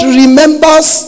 remembers